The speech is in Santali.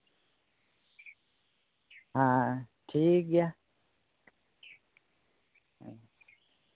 ᱦᱮᱸ ᱴᱷᱤᱠ ᱜᱮᱭᱟ